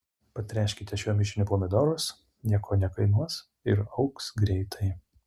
patręškite šiuo mišiniu pomidorus nieko nekainuos ir augs greitai